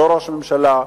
אותו ראש ממשלה,